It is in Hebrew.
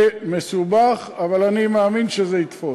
זה מסובך, אבל אני מאמין שזה יתפוס.